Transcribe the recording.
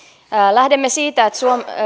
lähdemme siitä että